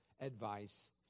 advice